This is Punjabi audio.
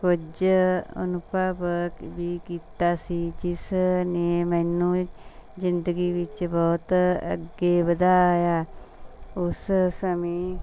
ਕੁਝ ਅਨੁਭਵ ਵੀ ਕੀਤਾ ਸੀ ਜਿਸ ਨੇ ਮੈਨੂੰ ਜ਼ਿੰਦਗੀ ਵਿੱਚ ਬਹੁਤ ਅੱਗੇ ਵਧਾਇਆ ਉਸ ਸਮੇਂ